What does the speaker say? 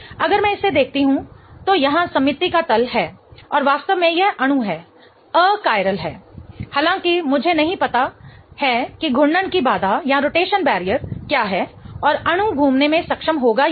अगर मैं इसे देखती हूं तो यहां सममिति का तल है और वास्तव में यह अणु है अकायरल है हालांकि मुझे नहीं पता है कि घूर्णन की बाधा क्या है और अणु घूमने में सक्षम होगा या नहीं